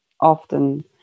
often